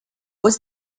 was